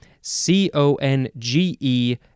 C-O-N-G-E